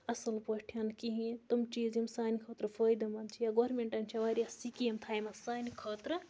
اَصٕل پٲٹھۍ کِہیٖنۍ تِم چیٖز یِم سانہِ خٲطرٕ فٲیدٕ منٛد چھِ یا گورمٮ۪نٛٹَن چھِ واریاہ سِکیٖم تھایمَژٕ سانہِ خٲطرٕ